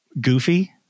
goofy